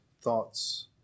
thoughts